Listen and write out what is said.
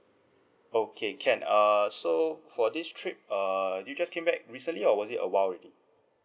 okay can err so for this trip uh you just came back recently or was it a while already